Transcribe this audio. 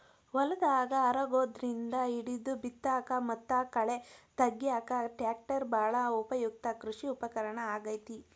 ಹೊಲದಾಗ ಹರಗೋದ್ರಿಂದ ಹಿಡಿದು ಬಿತ್ತಾಕ ಮತ್ತ ಕಳೆ ತಗ್ಯಾಕ ಟ್ರ್ಯಾಕ್ಟರ್ ಬಾಳ ಉಪಯುಕ್ತ ಕೃಷಿ ಉಪಕರಣ ಆಗೇತಿ